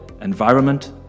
environment